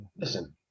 listen